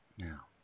Now